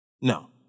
No